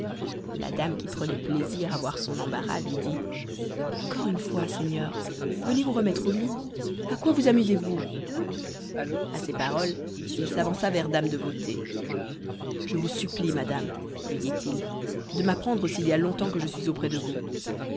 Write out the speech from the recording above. la dame qui prenait plaisir à voir son embarras lui dit encore une fois seigneur venez vous remettre au lit à quoi vous amusez-vous à ces paroles il s'avança vers dame de beauté je vous supplie madame lui dit-il de m'apprendre s'il y a longtemps que je suis auprès de vous